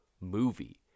movie